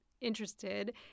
interested